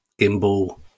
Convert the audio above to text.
Gimbal